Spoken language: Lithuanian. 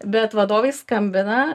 bet vadovai skambina